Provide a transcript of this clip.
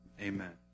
Amen